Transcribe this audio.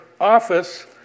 office